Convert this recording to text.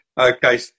Okay